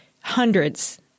hundreds